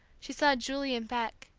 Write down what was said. she saw julie and beck,